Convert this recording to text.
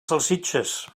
salsitxes